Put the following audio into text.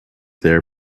there